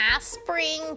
spring